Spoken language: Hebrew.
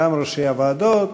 גם ראשי הוועדות,